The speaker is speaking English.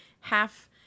half